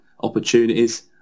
opportunities